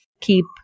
keep